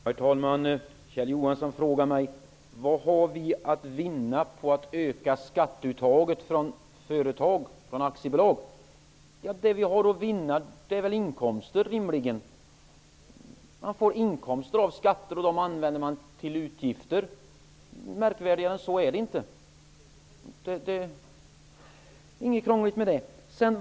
Herr talman! Kjell Johansson frågar mig vad vi har att vinna på att öka skatteuttaget från aktiebolag. Det vi har att vinna är väl rimligen inkomster. Man får inkomster av skatter, och dem använder man till utgifter. Märkvärdigare än så är det inte. Det är inget krångligt med det.